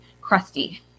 crusty